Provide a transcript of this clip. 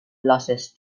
losses